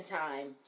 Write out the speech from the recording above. time